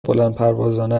بلندپروازانه